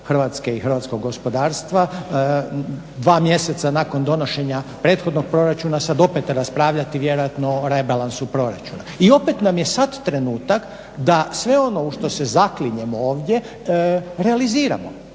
Hrvatske i hrvatskog gospodarstva dva mjeseca nakon donošenja prethodnog proračuna sad opet raspravljati vjerojatno o rebalansu proračuna i opet nam je sad trenutak da sve ono u što se zaklinjemo ovdje realiziramo,